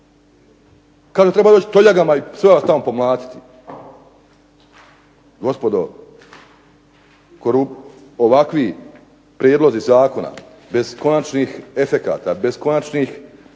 kada treba ići toljagama i sve vas tamo pomlatiti. Gospodo, ovakvi prijedlozi zakona bez konačnih efekata, bez konačnih